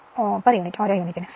98 ആണ്